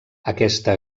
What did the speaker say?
aquesta